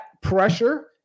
pressure